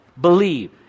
Believe